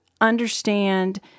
understand